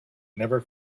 never